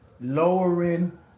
Lowering